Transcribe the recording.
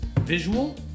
visual